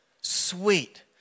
sweet